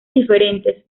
diferentes